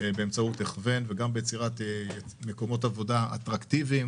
באמצעות הכוון ובאמצעות יצירת מקומות עבודה אטרקטיביים